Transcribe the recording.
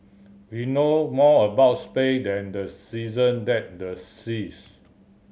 we know more about space than the season and the seas